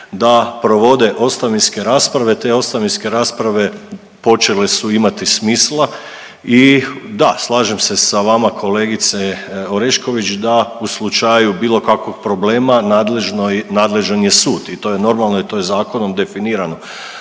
da provode ostavinske rasprave, te ostavinske rasprave počele su imati smisla. I da, slažem se sa vama kolegice Orešković da u slučaju bilo kakvog problema nadležan je sud. I to je normalno, jer to je zakonom definirano.